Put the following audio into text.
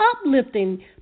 uplifting